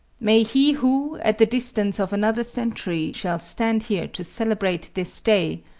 may he who, at the distance of another century, shall stand here to celebrate this day,